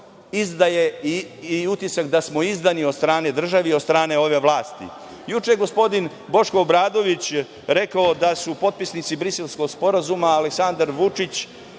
izdaje i utisak da smo izdati od strane države i od strane ove vlasti. Juče je gospodin Boško Obradović rekao da su potpisnici Briselskog sporazuma Aleksandar Vučić